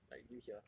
like do you hear